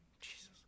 Jesus